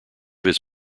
his